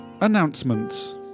Announcements